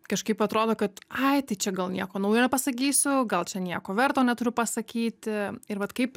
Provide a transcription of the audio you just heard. kažkaip atrodo kad ai tai čia gal nieko naujo nepasakysiu gal čia nieko verto neturiu pasakyti ir vat kaip